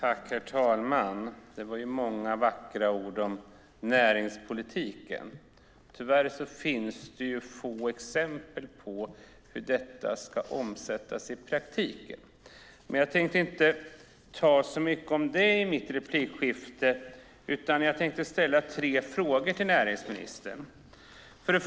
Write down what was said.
Herr talman! Det var många vackra ord om näringspolitiken. Tyvärr finns det få exempel på hur detta ska omsättas i praktiken. Jag tänkte dock inte ta så mycket om det i mitt replikskifte, utan jag tänkte ställa tre frågor till Mats Odell.